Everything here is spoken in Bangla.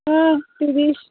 হুম তিরিশ